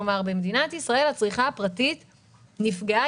כלומר במדינת ישראל הצריכה הפרטית נפגעה